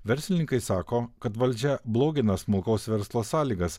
verslininkai sako kad valdžia blogina smulkaus verslo sąlygas